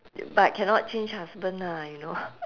but cannot change husband ah you know